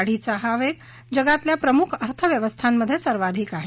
वाढीचा हा वेग जगातल्या प्रमुख अर्थव्यवस्थांमधे सर्वाधिक आहे